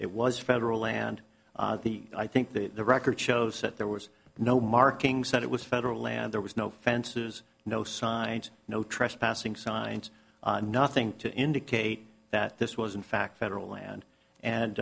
it was federal land the i think that the record shows that there was no markings that it was federal land there was no fences no signs no trespassing signs nothing to indicate that this was in fact federal land